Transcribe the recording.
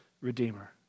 Redeemer